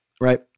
Right